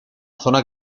zona